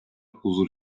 huzur